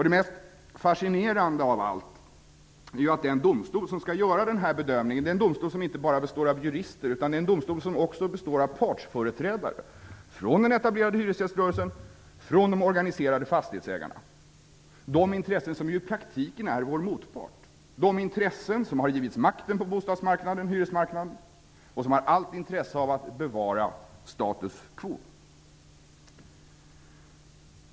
Det mest fascinerande av allt är att den domstol som skall göra bedömningen är en domstol som inte bara består av jurister. Det är en domstol som också består av partsföreträdare från den etablerade hyresgäströrelsen och från de organiserade fastighetsägarna, de intressen som i praktiken är vår motpart. Det är de intressen som har givits makten på hyresmarknaden och som har allt intresse av att bevara status quo.